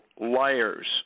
liars